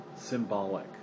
symbolic